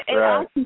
right